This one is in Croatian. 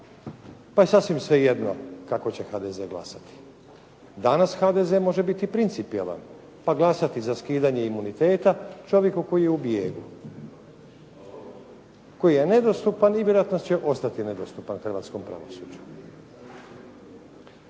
pa je sasvim svejedno kako će HDZ glasovati. Danas HDZ može biti principijelan, pa glasati za skidanje imuniteta čovjeku koji je u bijegu, koji je nedostupan i vjerojatno će ostati nedostupan hrvatskom pravosuđu.